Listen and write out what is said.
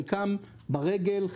חלקם ברגל,